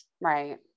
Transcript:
Right